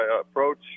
approach